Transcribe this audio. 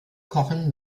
kochen